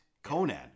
Conan